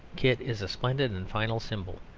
kit is a splendid and final symbol.